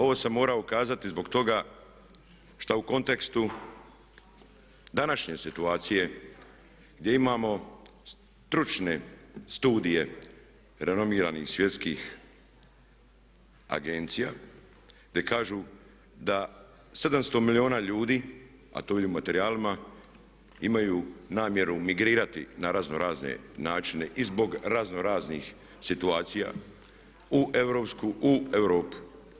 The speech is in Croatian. Ovo sam morao kazati zbog toga što u kontekstu današnje situacije gdje imamo stručne studije renomiranih svjetskih agencija gdje kažu da 700 milijuna ljudi, a to je i u materijalima, imaju namjeru migrirati na raznorazne načine i zbog raznoraznih situacija u Europu.